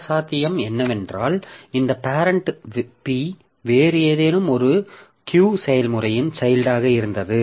மற்ற சாத்தியம் என்னவென்றால் இந்த பேரெண்ட் P வேறு ஏதேனும் ஒரு Q செயல்முறையின் சைல்ட்டாக இருந்தது